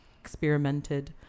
experimented